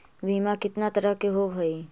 बीमा कितना तरह के होव हइ?